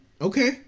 okay